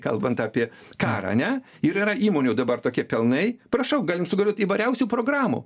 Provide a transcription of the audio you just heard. kalbant apie karą ane ir yra įmonių dabar tokie pelnai prašau galim sugalvot įvairiausių programų